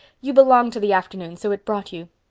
you belong to the afternoon so it brought you.